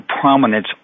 prominence